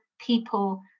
people